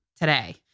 today